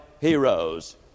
heroes